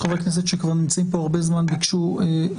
יש חברי כנסת שנמצאים פה כבר הרבה זמן והם ביקשו לצאת,